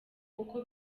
uko